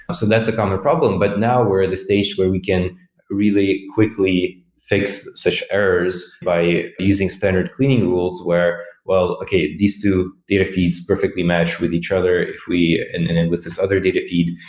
so that's a common problem. but now we're at the stage where we can really quickly fix such errors by using standard cleaning rules where, well, okay, these two data feeds perfectly match with each other if we and then with this other data feed.